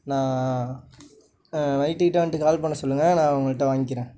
நா வீட்டுக்கிட்டே வந்துட்டு கால் பண்ண சொல்லுங்க நான் அவுங்கள்கிட்ட வாங்கிக்கிறேன்